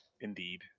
Indeed